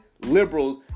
liberals